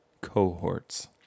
Cohorts